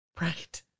Right